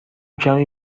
کمی